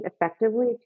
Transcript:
effectively